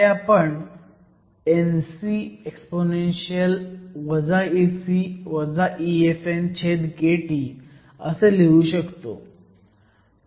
हे आपण Ncexp Ec EFnkT असं लिहू शकतो